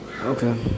Okay